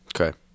Okay